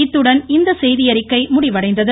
இத்துடன் இந்த செய்தியறிக்கை முடிவடைந்தது